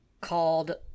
called